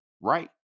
right